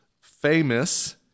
famous